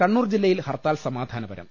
കണ്ണൂർ ജില്ലയിൽ ഹർത്താൽ സമാധാനപരം